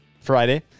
Friday